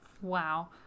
Wow